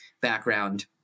background